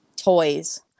toys